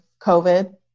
COVID